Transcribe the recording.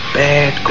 bad